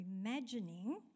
imagining